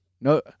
no